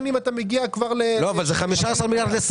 את היכולת של